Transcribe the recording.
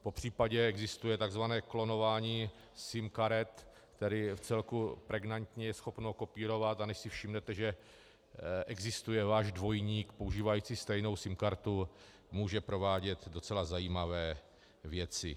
Popřípadě existuje tak zvané klonování SIM karet, které je vcelku pregnantně schopno kopírovat, a než si všimnete, že existuje váš dvojník používající stejnou SIM kartu, může provádět docela zajímavé věci.